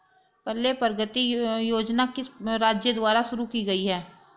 पल्ले प्रगति योजना किस राज्य द्वारा शुरू की गई है?